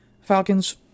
Falcons